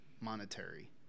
monetary